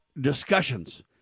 discussions